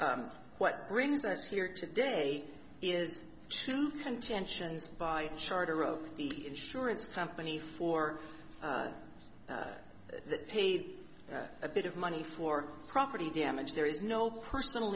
oven what brings us here today is to contentions by charter of the insurance company for that paid a bit of money for property damage there is no personal